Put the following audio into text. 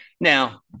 Now